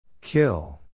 Kill